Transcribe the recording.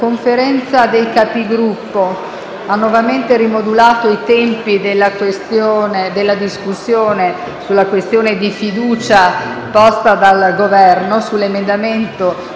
La Conferenza dei Capigruppo ha nuovamente rimodulato i tempi della discussione sulla questione di fiducia, posta dal Governo sull'emendamento